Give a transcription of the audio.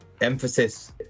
Emphasis